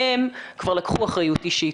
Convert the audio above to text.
הם כבר לקחו אחריות אישית.